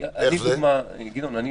גדעון,